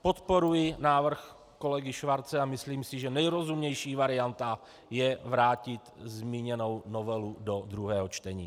Podporuji návrh kolegy Schwarze a myslím si, že nejrozumnější varianta je vrátit zmíněnou novelu do druhého čtení.